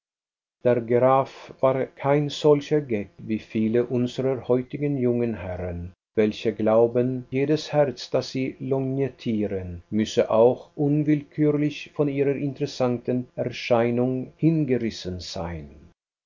der graf war kein solcher geck wie viele unserer heutigen jungen herren welche glauben jedes herz das sie lorgnettieren müsse auch unwillkürlich von ihrer interessanten erscheinung hingerissen sein